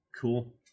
Cool